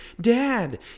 dad